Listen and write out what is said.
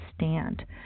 stand